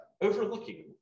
overlooking